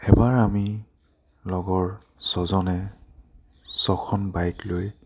এবাৰ আমি লগৰ ছজনে ছখন বাইক লৈ